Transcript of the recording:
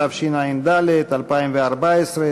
התשע"ד 2014,